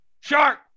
Shark